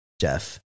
Jeff